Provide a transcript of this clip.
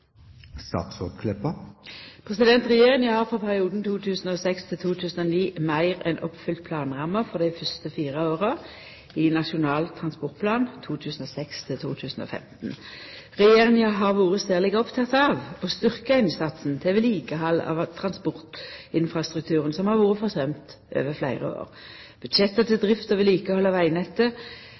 Regjeringa har for perioden 2006–2009 meir enn oppfylt planramma for dei fyrste fire åra i Nasjonal transportplan 2006–2015. Regjeringa har vore særleg oppteken av å styrkja innsatsen til vedlikehald av transportinfrastrukturen, som har vore forsømt over fleire år. Budsjetta til drift og vedlikehald av vegnettet